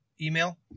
email